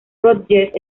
rodgers